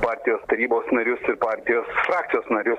partijos tarybos narius ir partijos frakcijos narius